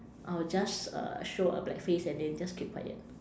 I'll just uh show a black face and then just keep quiet